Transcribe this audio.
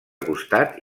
costat